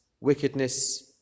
wickedness